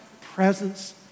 presence